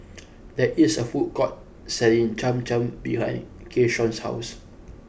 there is a food court selling Cham Cham behind Keyshawn's house